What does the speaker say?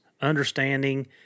understanding